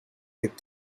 with